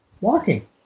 Walking